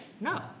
no